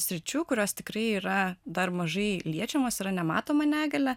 sričių kurios tikrai yra dar mažai liečiamos yra nematoma negalia